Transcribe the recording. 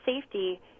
safety